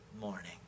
morning